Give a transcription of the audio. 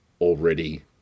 already